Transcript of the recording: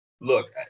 Look